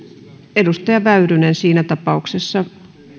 edustaja väyrynen siinä tapauksessa